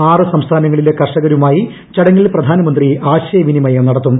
ആറ് സംസ്ഥാനങ്ങളിലെ കർഷകരുമായി ചടങ്ങിൽ പ്രധാനമന്ത്രി ആശയവിനിമയം നടത്തും